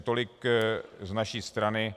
Tolik z naší strany.